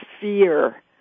fear